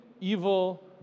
evil